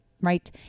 Right